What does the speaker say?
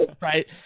right